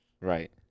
Right